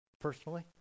personally